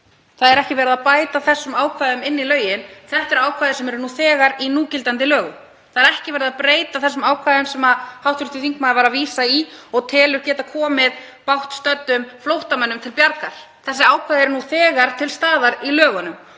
Það er ekki verið að bæta þessum ákvæðum inn í lögin. Þetta eru ákvæði sem eru nú þegar í núgildandi lögum. Það er ekki verið að breyta þessum ákvæðum sem hv. þingmaður var að vísa í og telur geta komið bágstöddum flóttamönnum til bjargar. Þessi ákvæði eru nú þegar til staðar í lögunum.